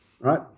right